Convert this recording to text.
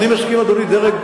אני מסכים, אדוני.